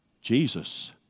Jesus